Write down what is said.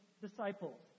disciples